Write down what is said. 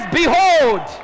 behold